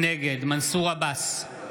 נגד מנסור עבאס,